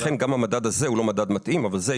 לכן גם המדד הזה הוא לא מדד מתאים אבל זה,